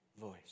voice